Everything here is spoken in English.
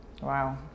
wow